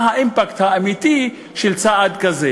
מה האימפקט האמיתי של צעד כזה.